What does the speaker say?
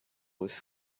was